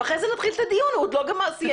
וגם שם יש